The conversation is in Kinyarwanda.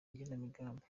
igenamigambi